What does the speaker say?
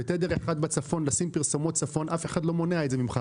בתדר אחד בצפון לשים פרסומות בצפון אף אחד לא מונע ממך.